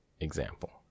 Example